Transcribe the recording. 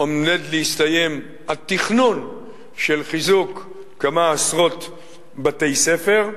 עומד להסתיים התכנון של חיזוק כמה עשרות בתי-ספר.